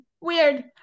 weird